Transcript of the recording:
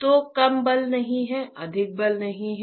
तो कम बल नहीं है अधिक बल नहीं है